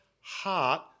heart